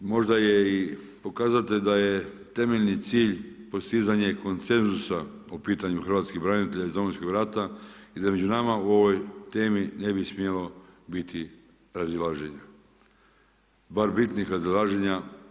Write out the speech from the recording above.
Možda je i pokazatelj da je temeljni cilj postizanje konsenzusa o pitanju hrvatskih branitelja iz Domovinskog rata i da među nama o ovoj temi ne bi smjelo biti razilaženja, bar bitnih razilaženja.